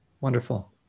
Wonderful